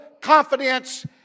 confidence